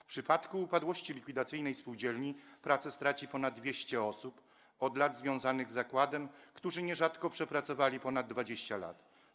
W przypadku upadłości likwidacyjnej spółdzielni pracę straci ponad 200 osób od lat związanych z zakładem, które nierzadko przepracowały ponad 20 lat.